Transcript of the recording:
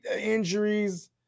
injuries